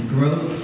Growth